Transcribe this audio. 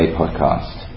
podcast